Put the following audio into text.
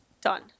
done